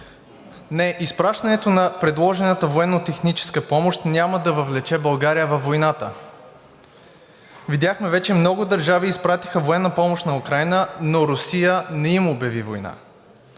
Не, изпращането на предложената военна техническа помощ няма да въвлече България във войната. Видяхме вече много държави – изпратиха военна помощ на Украйна, но Русия не им обяви война.